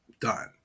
done